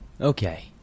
Okay